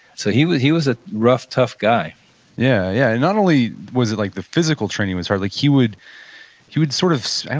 so he was he was a rough, tough guy yeah, yeah. not only was it like the physical training was hard. like he would he would sort of, i